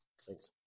Thanks